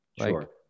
Sure